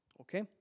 Okay